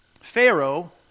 Pharaoh